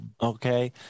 okay